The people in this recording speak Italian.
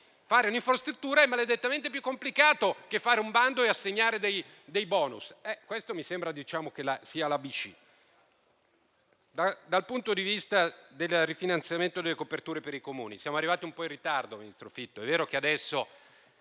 Fare un'infrastruttura è maledettamente più complicato che fare un bando e assegnare *bonus*: queste mi sembra siano informazioni di base. Dal punto di vista del rifinanziamento delle coperture per i Comuni, siamo arrivati un po' in ritardo, ministro Fitto.